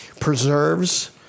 preserves